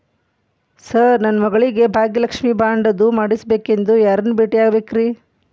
Sir ನನ್ನ ಮಗಳಿಗೆ Bhagyalakshmi bond ಅದು ಮಾಡಿಸಬೇಕೆಂದು ಯಾರನ್ನ ಭೇಟಿಯಾಗಬೇಕ್ರಿ?